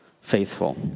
Faithful